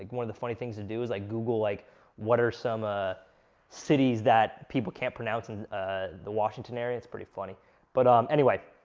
one of the funny things to do is like, google like what are some ah cities that people can't pronounce in the washington area? it's pretty funny but um anyway,